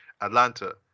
Atlanta